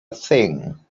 thing